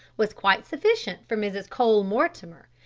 was quite sufficient for mrs. cole-mortimer,